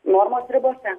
normos ribose